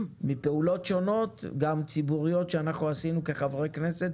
מפעולות שונות גם ציבוריות שאנחנו עשינו כחברי כנסת